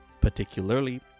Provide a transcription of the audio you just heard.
particularly